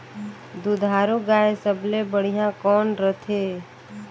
दुधारू गाय सबले बढ़िया कौन रथे?